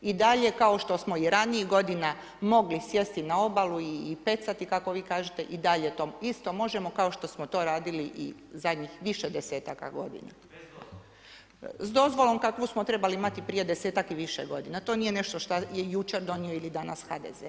I dalje, kao što smo i ranijih godina mogli sjesti na obalu i pecati, kako vi kažete, i dalj to isto možemo kao što smo to radili i zadnjih više 10-aka godina. … [[Upadica sa strane, ne razumije se.]] S dozvolom kakvu smo trebali prije 10-ak i više godina, to nije nešto šta je jučer donio ili danas HDZ.